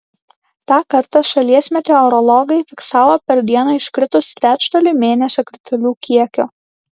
tą kartą šalies meteorologai fiksavo per dieną iškritus trečdaliui mėnesio kritulių kiekio